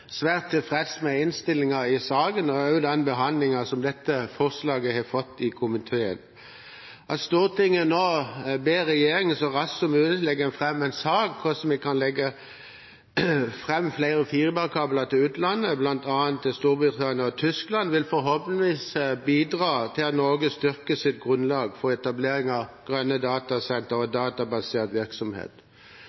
svært tilfreds med innstillingen i saken og også den behandlingen som dette forslaget har fått i komiteen. At Stortinget nå ber regjeringen så raskt som mulig legge fram en sak om hvordan vi kan legge flere fiberkabler til utlandet, bl.a. til Storbritannia og Tyskland, vil forhåpentligvis bidra til at Norge styrker sitt grunnlag for etablering av grønne datasentre og